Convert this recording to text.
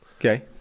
okay